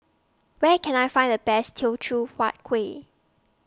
Where Can I Find The Best Teochew Huat Kuih